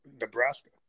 Nebraska